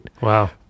Wow